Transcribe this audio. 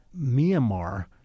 Myanmar